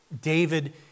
David